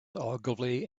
ogilvy